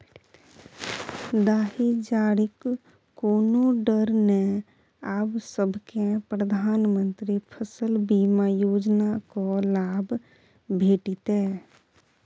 दाही जारीक कोनो डर नै आब सभकै प्रधानमंत्री फसल बीमा योजनाक लाभ भेटितै